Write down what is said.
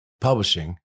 publishing